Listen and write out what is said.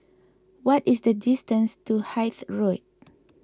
what is the distance to Hythe Road